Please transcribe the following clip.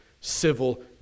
civil